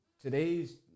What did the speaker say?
today's